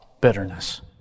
bitterness